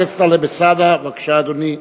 חבר הכנסת טלב אלסאנע, בבקשה, אדוני.